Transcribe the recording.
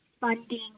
funding